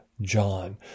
John